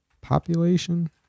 population